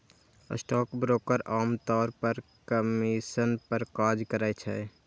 stockbroker आम तौर पर कमीशन पर काज करै छै